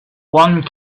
one